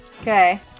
Okay